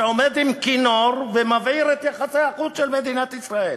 שעומד עם כינור ומבעיר את יחסי החוץ של מדינת ישראל.